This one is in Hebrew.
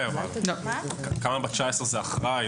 כמה ב-19 זה אחראי?